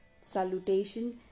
Salutation